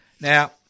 Now